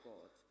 God